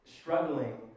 struggling